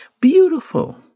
Beautiful